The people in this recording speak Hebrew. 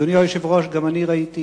אדוני היושב-ראש, גם אני ראיתי